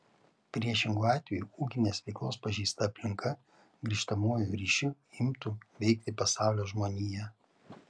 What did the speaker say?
priešingu atveju ūkinės veiklos pažeista aplinka grįžtamuoju ryšiu imtų veikti pasaulio žmoniją